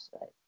Right